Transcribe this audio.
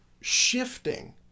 shifting